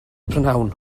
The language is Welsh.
prynhawn